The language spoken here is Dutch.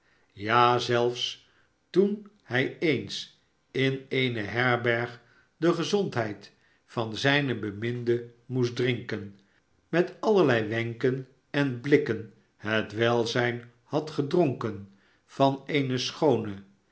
ja zelfs toen hij eens in eene herberg de gezondheid van zijne beminde moest drinken met allerlei wenken en blikken het welzijn had gedronken van eene schoone